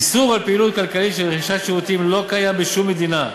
איסור פעילות כלכלית של רכישת שירותים לא קיים בשום מדינה ב-OECD,